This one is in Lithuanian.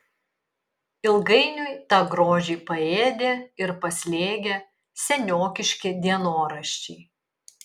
ilgainiui tą grožį paėdė ir paslėgė seniokiški dienoraščiai